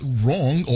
wrong